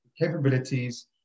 capabilities